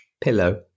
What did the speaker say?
pillow